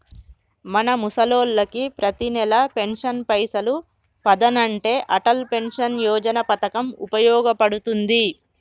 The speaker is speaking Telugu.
మన ముసలోళ్ళకి పతినెల పెన్షన్ పైసలు పదనంటే అటల్ పెన్షన్ యోజన పథకం ఉపయోగ పడుతుంది